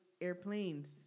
airplanes